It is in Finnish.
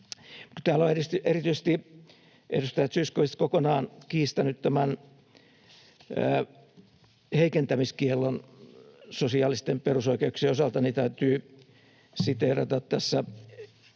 täällä on erityisesti edustaja Zyskowicz kokonaan kiistänyt tämän heikentämiskiellon sosiaalisten perusoikeuksien osalta, niin täytyy siteerata tässä